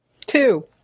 Two